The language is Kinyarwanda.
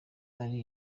ari